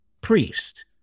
priest